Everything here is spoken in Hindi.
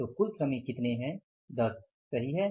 तो कुल श्रमिक कितने हैं 10 सही है